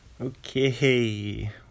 Okay